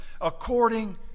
according